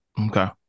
Okay